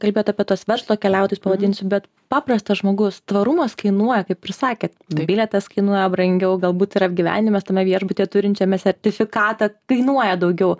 kalbėt apie tuos verslo keliautojus pavadinsiu bet paprastas žmogus tvarumas kainuoja kaip ir sakėt bilietas kainuoja brangiau galbūt ir apgyvendinimas tame viešbutyje turinčiame sertifikatą kainuoja daugiau